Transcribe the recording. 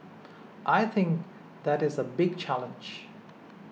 I think that is a big challenge